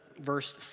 verse